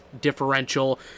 differential